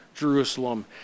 Jerusalem